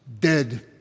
dead